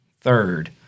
third